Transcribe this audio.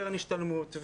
קרן השתלמות,